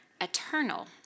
eternal